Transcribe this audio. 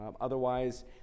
Otherwise